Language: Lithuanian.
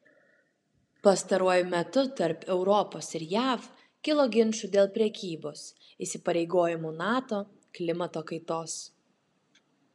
pastaruoju metu tarp europos ir jav kilo ginčų dėl prekybos įsipareigojimų nato klimato kaitos